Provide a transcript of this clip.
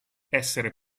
essere